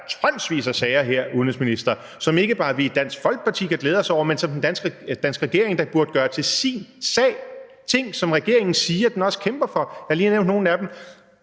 tonsvis af sager her, udenrigsminister, som ikke bare os i Dansk Folkeparti kan glæde os over, men som den danske regering da burde gøre til sin sag; ting, som regeringen siger den også kæmper for. Jeg har lige nævnt nogle af dem.